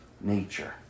nature